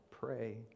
pray